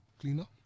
cleaner